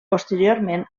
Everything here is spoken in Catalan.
posteriorment